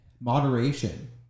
moderation